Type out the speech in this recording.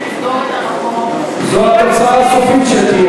לסגור את המקום, זו התוצאה הסופית.